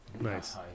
Nice